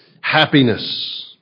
happiness